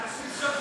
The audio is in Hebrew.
יש ויש.